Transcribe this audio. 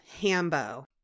Hambo